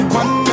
one